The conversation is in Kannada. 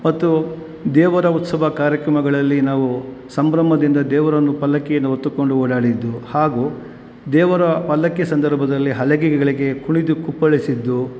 ಮತ್ತು ದೇವರ ಉತ್ಸವ ಕಾರ್ಯಕ್ರಮಗಳಲ್ಲಿ ನಾವು ಸಂಭ್ರಮದಿಂದ ದೇವರನ್ನು ಪಲ್ಲಕ್ಕಿಯನ್ನು ಹೊತ್ತುಕೊಂಡು ಓಡಾಡಿದ್ದು ಹಾಗೂ ದೇವರ ಪಲ್ಲಕ್ಕಿ ಸಂದರ್ಭದಲ್ಲಿ ಹಲಗೆಗಳಿಗೆ ಕುಣಿದು ಕುಪ್ಪಳಿಸಿದ್ದು